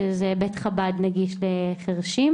שזה בית חב"ד נגיש לחרשים,